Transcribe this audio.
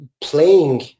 playing